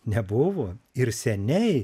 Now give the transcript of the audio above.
nebuvo ir seniai